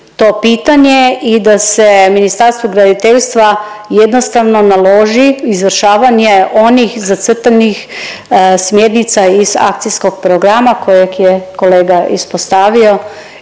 to pitanje i da se Ministarstvu graditeljstva jednostavno naloži izvršavanje onih zacrtanih smjernica iz akcijskog programa kojeg je kolega ispostavio